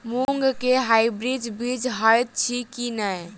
मूँग केँ हाइब्रिड बीज हएत अछि की नै?